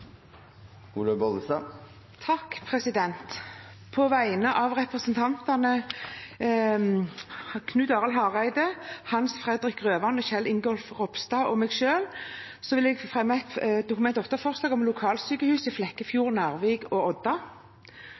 Olaug V. Bollestad vil fremsette to representantforslag. På vegne av representantene Knut Arild Hareide, Hans Fredrik Grøvan, Kjell Ingolf Ropstad og meg selv vil jeg fremme et representantforslag om lokalsykehus i Flekkefjord, Narvik og Odda.